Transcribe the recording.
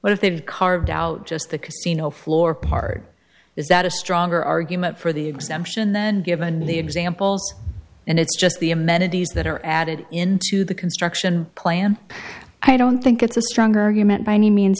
but if they've carved out just the casino floor part is that a stronger argument for the exemption than given the examples and it's just the amenities that are added into the construction plan i don't think it's a stronger argument by any means